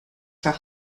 for